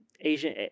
Asian